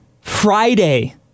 Friday